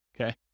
okay